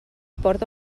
porta